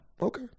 Okay